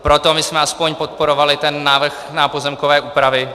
Proto jsme aspoň podporovali návrh na pozemkové úpravy.